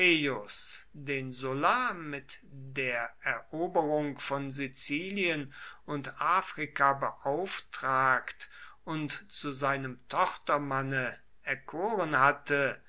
den sulla mit der eroberung von sizilien und afrika beauftragt und zu seinem tochtermanne erkoren hatte